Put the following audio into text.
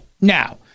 now